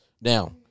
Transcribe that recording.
Now